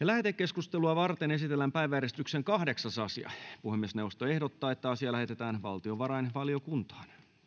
lähetekeskustelua varten esitellään päiväjärjestyksen kahdeksas asia puhemiesneuvosto ehdottaa että asia lähetetään valtiovarainvaliokuntaan